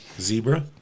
Zebra